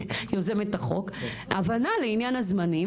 יוזמת החוק הבנה לעניין הזמנים,